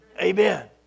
Amen